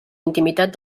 intimitat